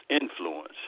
influence